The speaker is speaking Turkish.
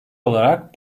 olarak